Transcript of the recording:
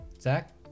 Zach